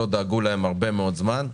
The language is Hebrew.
שלא דאגו להם הרבה מאוד זמן.